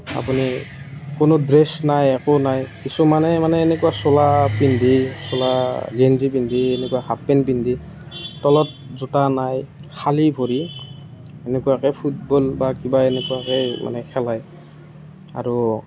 মানে কোনো ড্ৰেছ নাই একো নাই কিছুমানে মানে এনেকুৱা চোলা পিন্ধি এনেকুৱা গেঞ্জি পিন্ধি এনেকুৱা হাফ পেণ্ট পিন্ধি তলত জোতা নাই খালী ভৰিৰে এনেকুৱাকে ফুটবল বা কিবা এনেকুৱাকৈ মানে খেলে আৰু